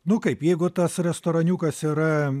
nu kaip jeigu tas restoraniukas yra